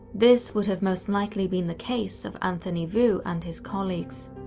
this would have most likely been the case of anthony vu and his colleagues.